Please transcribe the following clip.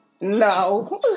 No